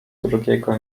drugiego